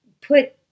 put